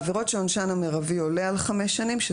בעבירות שעונשן המירבי לא עולה על חמש שנים עשר שנים.